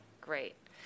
great